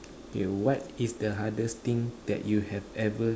okay what is the hardest thing you've ever